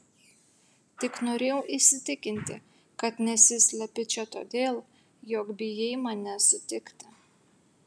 tik norėjau įsitikinti kad nesislepi čia todėl jog bijai mane sutikti